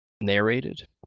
narrated